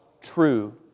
true